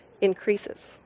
increases